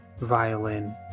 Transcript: violin